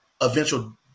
eventual